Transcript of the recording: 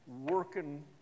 working